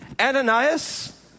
Ananias